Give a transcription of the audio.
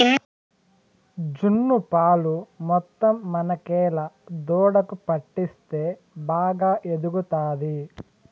జున్ను పాలు మొత్తం మనకేలా దూడకు పట్టిస్తే బాగా ఎదుగుతాది